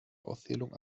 auszählung